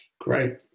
Great